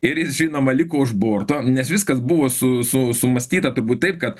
ir jis žinoma liko už borto nes viskas buvo su su sumąstyta turbūt taip kad